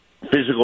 physical